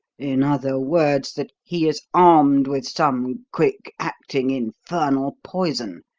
in other words, that he is armed with some quick-acting infernal poison,